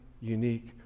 unique